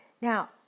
Now